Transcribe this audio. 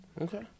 Okay